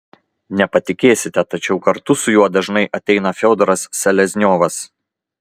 nepatikėsite tačiau kartu su juo dažnai ateina fiodoras selezniovas